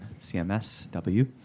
CMSW